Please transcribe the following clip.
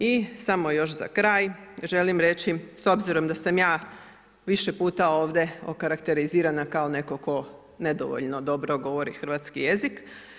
I samo još za kraj, želim reći, s obzirom da sam ja više puta ovdje okarakterizirana kao netko tko nedovoljno dobro govori hrvatski jezik.